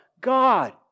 God